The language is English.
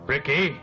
Ricky